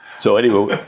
so anyhow,